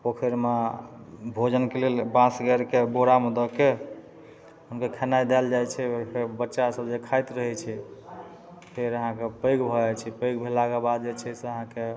पोखरिमे भोजनके लेल बाँस गाड़िके बोरामे दऽके हुनकर खेनाइ दाएल जाइ छै फेर बच्चा सब जे खाइत रहै छै फेर अहाँके पैघ भऽ जाइ छै पैघ भेलाके बाद जे छै से अहाँके